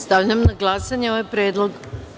Stavljam na glasanje ovaj predlog.